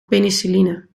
penicilline